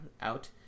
out